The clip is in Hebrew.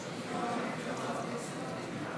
להצביע על הסתייגות